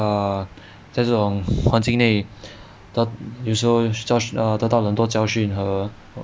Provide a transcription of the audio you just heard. err 在这种环境内得有时候就是得到很多教训和